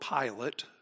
Pilate